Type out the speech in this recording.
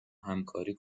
همکاری